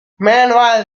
meanwhile